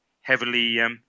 heavily